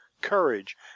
courage